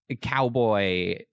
cowboy